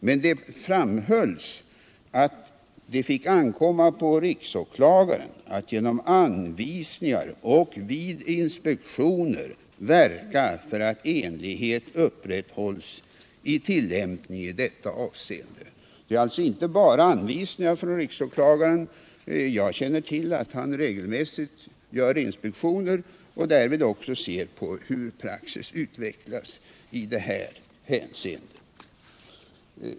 Men det framhölls att det fick ankomma på riksåklagaren att genom anvisningar och vid inspektioner verka för att enhetlighet upprätthålls vid tillämpningen i detta avseende. Det är alltså inte bara anvisningar som det här är fråga om för riksåklagarens del, utan jag känner till att han regelmässigt gör inspektioner och att han därvid även ser på hur praxis utvecklas i detta hänseende.